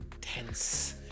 tense